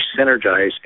synergize